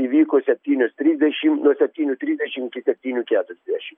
įvyko septynios trisdešim nuo septynių trisdešim iki septynių keturiasdešim